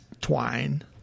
twine